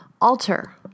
alter